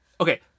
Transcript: Okay